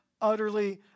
Utterly